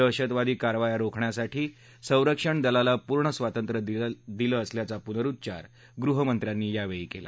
दहशतवादी कारवाया रोखण्यासाठी संरक्षण दलाला पूर्ण स्वातंत्र्य दिलं असल्याचा पुनरुच्चार गृहमंत्र्यांनी केला